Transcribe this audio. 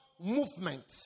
movement